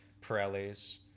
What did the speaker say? Pirellis